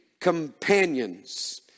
companions